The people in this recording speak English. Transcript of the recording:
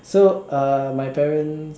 so uh my parents